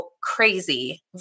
crazy